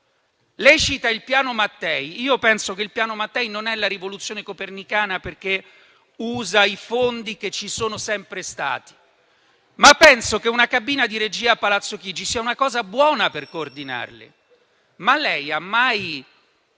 Lei cita il Piano Mattei. Io penso che il Piano Mattei non sia la rivoluzione copernicana, perché usa i fondi che ci sono sempre stati. Penso però che una cabina di regia a Palazzo Chigi sia una cosa buona per coordinarli. Ma lei ha mai